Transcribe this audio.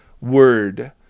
word